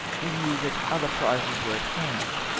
we knew that other prizes were at hand.